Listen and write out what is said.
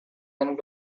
and